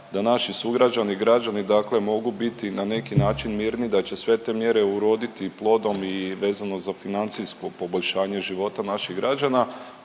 da naši sugrađani, građani dakle mogu biti na neki način mirni da će sve te mjere uroditi i plodom i vezano za financijsko poboljšanje života naših građana.